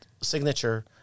Signature –